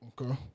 okay